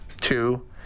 two